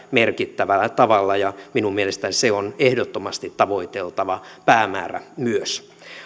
merkittävällä tavalla minun mielestäni se on ehdottomasti tavoiteltava päämäärä myös